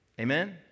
Amen